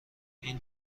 این